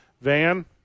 Van